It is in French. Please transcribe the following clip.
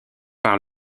par